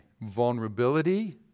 vulnerability